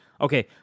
Okay